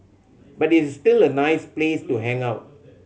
but it's still a nice place to hang out